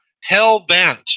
hell-bent